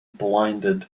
blinded